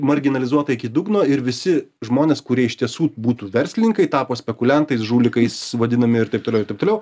marginalizuota iki dugno ir visi žmonės kurie iš tiesų būtų verslininkai tapo spekuliantais žulikais vadinami ir taip toliau ir taip toliau